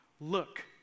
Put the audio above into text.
Look